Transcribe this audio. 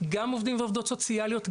גם עובדים ועובדות סוציאליות,